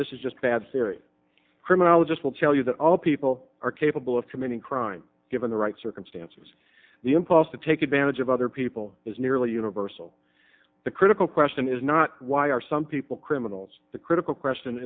this is just bad theory criminologist will tell you that all people are capable of committing crime given the right circumstances the impulse to take advantage of other people is nearly universal the critical question is not why are some people criminals the critical question